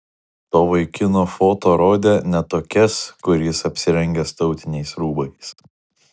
to vaikino foto rodė net tokias kur jis apsirengęs tautiniais rūbais